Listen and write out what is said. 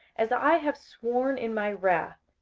as i have sworn in my wrath,